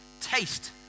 taste